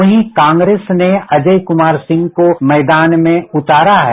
वहीं कांग्रेस ने अजय क्मार सिंह को मैदान में उतारा है